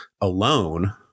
alone